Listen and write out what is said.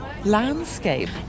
Landscape